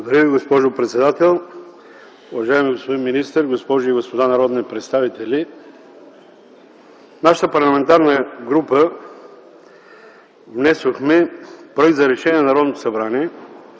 Ви, госпожо председател. Уважаеми господин министър, госпожи и господа народни представители! Нашата парламентарна група внесе проект за решение на Народното събрание,